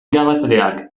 irabazleak